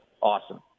awesome